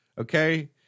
Okay